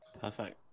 Perfect